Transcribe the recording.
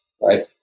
right